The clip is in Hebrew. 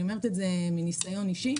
אני אומרת את זה מניסיון אישי.